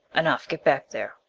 enough get back there,